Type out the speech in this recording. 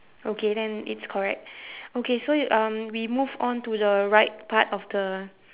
okay then it's correct okay so you um we move on to the right part of the